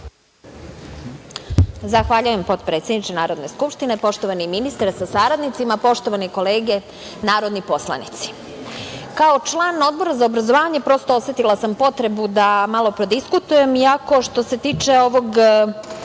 Zahvaljujem, potpredsedniče Narodne skupštine. Poštovani ministre sa saradnicima, poštovane kolege narodni poslanici, kao član Odbora za obrazovanje, prosto osetila sam potrebu da malo prodiskutujem, iako što se tiče ovog